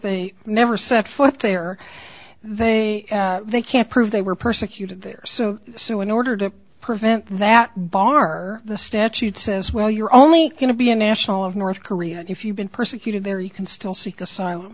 they never set foot there they they can't prove they were persecuted there so so in order to prevent that bar the statute says well you're only going to be a national of north korea and if you've been persecuted there you can still seek asylum